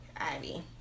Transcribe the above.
Ivy